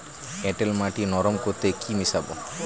এঁটেল মাটি নরম করতে কি মিশাব?